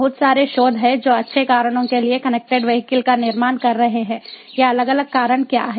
बहुत सारे शोध हैं जो अच्छे कारणों के लिए कनेक्टेड वीहिकल का निर्माण कर रहे हैं ये अलग अलग कारण क्या हैं